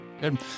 good